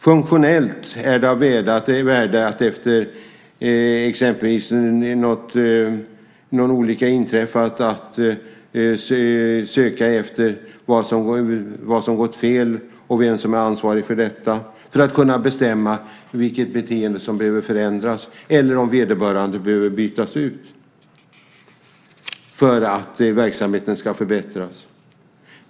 Å ena sidan är det funktionellt av värde att efter exempelvis någon olycka inträffar söka efter vad som har gått fel och vem som är ansvarig för detta för att kunna bestämma vilket beteende som behöver förändras eller om vederbörande behöver bytas ut för att verksamheten ska förbättras.